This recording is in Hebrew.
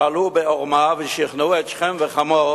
פעלו בעורמה ושכנעו את שכם וחמור